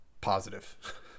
positive